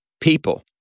people